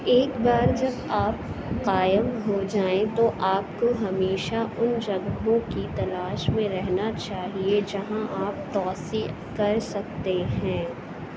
ایک بار جب آپ قائم ہو جائیں تو آپ کو ہمیشہ ان جگہوں کی تلاش میں رہنا چاہیے جہاں آپ توسیع کر سکتے ہیں